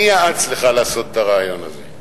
מי יעץ לך לעשות את הריאיון הזה?